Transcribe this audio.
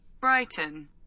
Brighton